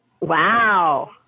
Wow